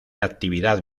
actividad